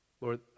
Lord